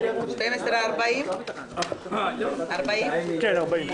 תודה רבה.